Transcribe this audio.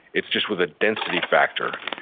it's just with a density factor.